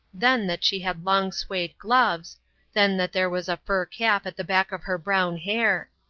then that she had long suede gloves then that there was a fur cap at the back of her brown hair.